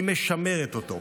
היא משמרת אותה.